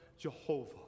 Jehovah